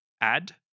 add